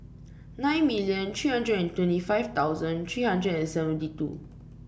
nine million three hundred and twenty five thousand three hundred and seventy two